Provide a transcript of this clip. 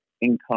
income